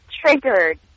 triggered